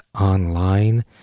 online